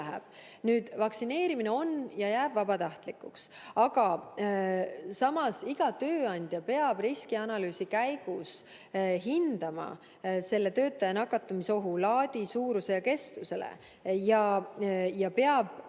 Vaktsineerimine on ja jääb vabatahtlikuks, aga samas peab iga tööandja riskianalüüsi käigus hindama oma töötaja nakatumise ohu laadi, suurust ja kestust ning ta peab